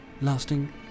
lasting